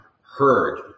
heard